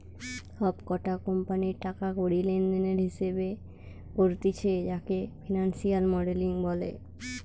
সব কটা কোম্পানির টাকা কড়ি লেনদেনের হিসেবে করতিছে যাকে ফিনান্সিয়াল মডেলিং বলে